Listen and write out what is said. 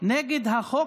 לחוק